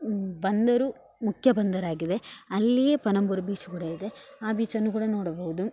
ಬಂದರು ಮುಖ್ಯ ಬಂದರಾಗಿದೆ ಅಲ್ಲಿಯೇ ಪಣಂಬೂರು ಬೀಚ್ ಕೂಡ ಇದೆ ಆ ಬೀಚನ್ನು ಕೂಡ ನೋಡಬೌದು